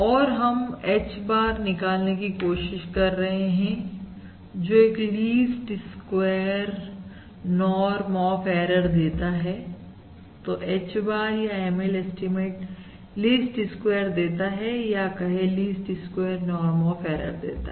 और हम H bar निकालने की कोशिश कर रहे हैं जो एक least square norm of error देता है तो Hbar या ML एस्टीमेट लीस्ट स्क्वेयर देता है या कहें least square norm of error देता है